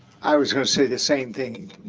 i was going to say the same thing,